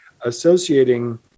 associating